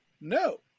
No